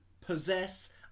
possess